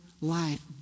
life